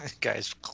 guy's